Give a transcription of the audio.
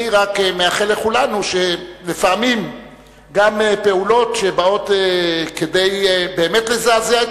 אני רק מאחל לכולנו לפעמים גם פעולות שבאות כדי באמת לזעזע את